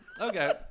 Okay